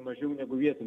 mažiau negu vietų